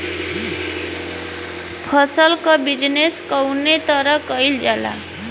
फसल क बिजनेस कउने तरह कईल जाला?